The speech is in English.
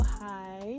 hi